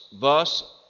thus